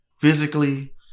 physically